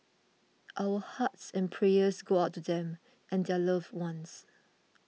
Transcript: our hearts and prayers go out to them and their loved ones